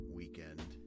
weekend